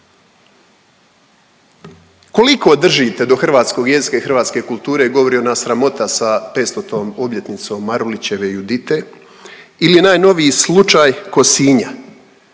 Koliko držite do hrvatskog jezika i hrvatske kulture govori ona sramota sa petstotom obljetnicom Marulićeve Judite ili najnoviji slučaj Kosinja